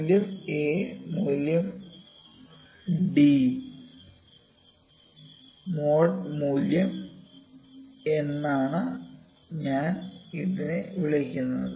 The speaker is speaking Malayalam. മൂല്യം a മൂല്യം d മോഡ് മൂല്യം c എന്നാണ് ഞാൻ ഇതിനെ വിളിക്കുന്നത്